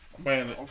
Man